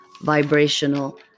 vibrational